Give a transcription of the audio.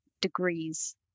degrees